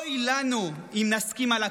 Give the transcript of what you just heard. אוי לנו אם נסכים על הכול.